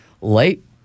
late